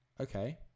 Okay